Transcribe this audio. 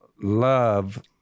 love